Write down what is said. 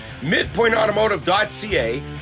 MidpointAutomotive.ca